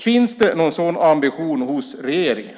Finns det någon sådan ambition hos regeringen?